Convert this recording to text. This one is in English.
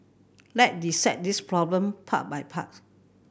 let dissect this problem part by part